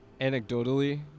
Anecdotally